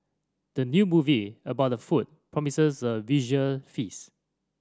the new movie about the food promises a visual feast